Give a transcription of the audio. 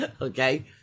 okay